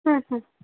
হ্যাঁ হ্যাঁ